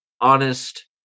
Honest